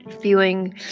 feeling